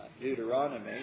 Deuteronomy